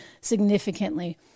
significantly